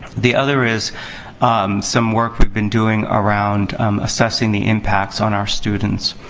the other is some work we've been doing around assessing the impacts on our students